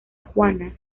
juana